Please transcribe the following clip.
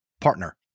partner